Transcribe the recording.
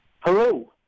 Hello